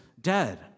dead